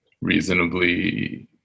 reasonably